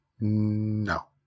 No